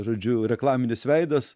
žodžiu reklaminis veidas